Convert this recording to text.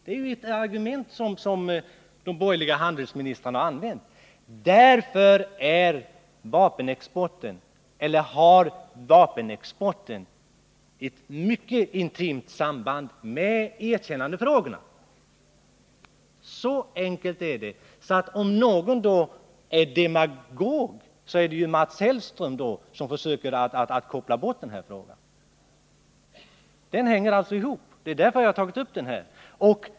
Det är ett argument som de borgerliga handelsministrarna har använt. Därför har vapenexporten ett mycket intimt samband med erkännandefrågorna. Så enkelt är det. Om någon är demagog, är det ju Mats Hellström som försöker koppla bort denna fråga. Den har ett samband och därför har jag tagit upp den.